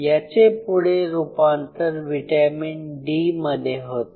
याचे पुढे रूपांतर व्हिटॅमिन डी मध्ये होते